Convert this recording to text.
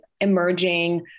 emerging